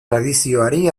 tradizioari